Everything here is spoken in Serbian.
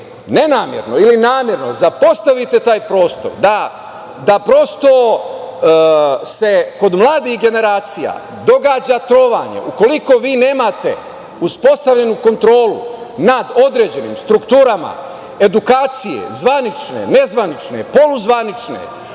nenamerno ili namerno zapostavite taj prostor, da se prosto kod mladih generacija događa trovanje, ukoliko vi nemate uspostavljenu kontrolu nad određenim strukturama, edukacije, zvanične, nezvanične, poluzvanične,